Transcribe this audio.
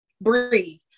breathe